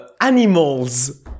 animals